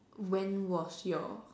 when was your